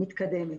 מתקדמת.